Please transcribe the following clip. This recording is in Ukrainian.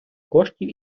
коштів